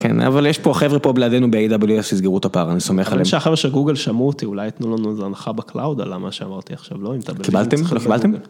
כן, אבל יש פה החבר'ה פה בלעדינו ב-AWS יסגרו את הפער, אני סומך עליהם. אני חושב שאחרי שגוגל שמעו אותי, אולי יתנו לנו הנחה בקלאוד, על מה שאמרתי עכשיו, לא? קיבלתם? קיבלתם?